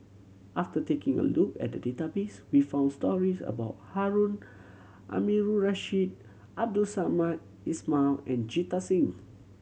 after taking a look at the database we found stories about Harun Aminurrashid Abdul Samad Ismail and Jita Singh